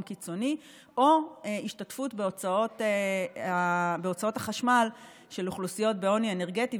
קיצוני או השתתפות בהוצאות החשמל של אוכלוסיות בעוני אנרגטי.